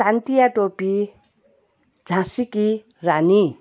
तात्या तोपे झाँसीकी रानी